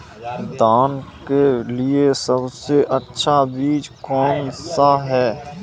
धान के लिए सबसे अच्छा बीज कौन सा है?